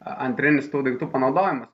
antrinis tų daiktų panaudojimas